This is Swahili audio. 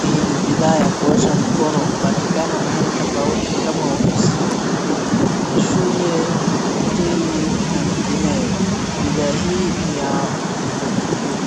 Hii ni bidhaa ya kuosha mkono. Hupatikana mahali tofauti kama ofisini, mashule, hoteli na mengineyo. Bidhaa hii ni ya